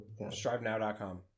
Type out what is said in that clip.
StriveNow.com